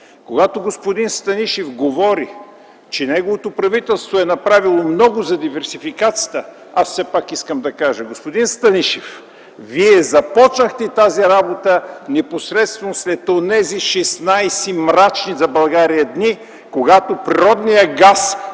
Когато господин Станишев говори, че неговото правителство е направило много за диверсификацията, аз все пак искам да кажа: господин Станишев, вие започнахте тази работа непосредствено след онези 16 мрачни за България дни, когато природният газ